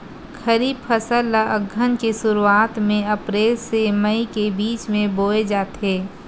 खरीफ फसल ला अघ्घन के शुरुआत में, अप्रेल से मई के बिच में बोए जाथे